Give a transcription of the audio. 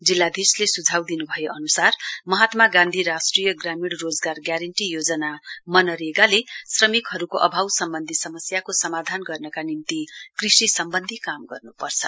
जिल्लाधीशले सुझाउ दिनुभए अनुसार महात्मा गान्धी राष्ट्रिय ग्यामीण रोजगार ग्यारेन्टी योजना मनरेगाले श्रमिकहरूको अभाव सम्बन्धी समस्याको समाधान गर्नका निम्ति कृषि सम्बन्धी काम गर्न्पर्छ